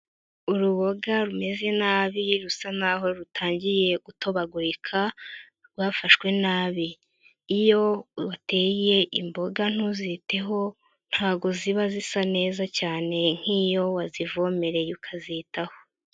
Uruboga rumeze nabi rusa naho rutangiye gutobagurika, rwafashwe nabi. Iyo uteye imboga ntuziteho, ntago ziba zisa neza cyane, nk'iyo wazivomereye ukazitaho.